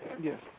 Yes